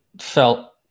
felt